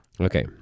Okay